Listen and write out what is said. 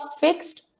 fixed